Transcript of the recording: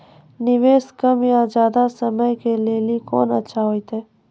निवेश कम या ज्यादा समय के लेली कोंन अच्छा होइतै?